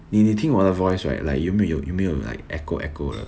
你你听我的 voice right like 有没有有没有 like echo echo 的